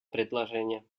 предложение